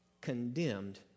condemned